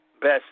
best